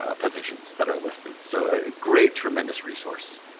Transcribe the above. ah positions that are listed. so a great, tremendous resource.